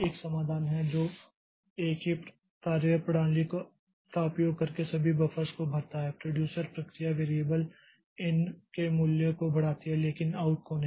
एक समाधान है जो एक ही कार्यप्रणाली का उपयोग करके सभी बफ़र्स को भरता है प्रोड्यूसर प्रक्रिया वेरियबल इन के मूल्य को बढ़ाती है लेकिन आउट को नहीं